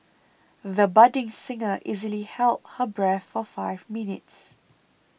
the budding singer easily held her breath for five minutes